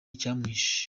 icyamwishe